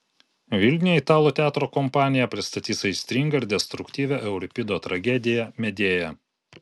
vilniuje italų teatro kompanija pristatys aistringą ir destruktyvią euripido tragediją medėja